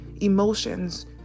emotions